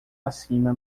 acima